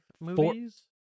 movies